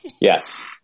Yes